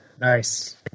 Nice